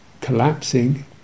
collapsing